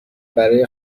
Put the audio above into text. برای